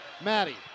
Maddie